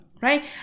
Right